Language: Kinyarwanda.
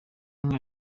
nka